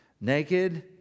naked